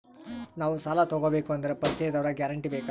ನಾವು ಸಾಲ ತೋಗಬೇಕು ಅಂದರೆ ಪರಿಚಯದವರ ಗ್ಯಾರಂಟಿ ಬೇಕಾ?